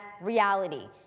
reality